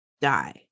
die